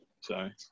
Sorry